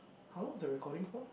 how long is the recording for